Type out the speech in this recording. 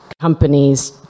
companies